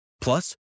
Plus